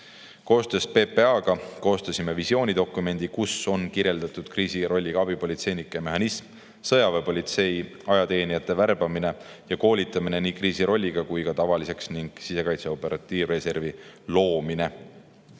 Koostöös PPA‑ga koostasime visioonidokumendi, kus on kirjeldatud kriisirolliga abipolitseinike mehhanismi, sõjaväepolitsei ajateenijate värbamist ja koolitamist, nii kriisirolliga kui ka tavaliseks, ning sisekaitse operatiivreservi loomist.